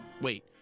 wait